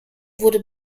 wurde